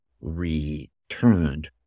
returned